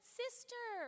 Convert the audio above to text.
sister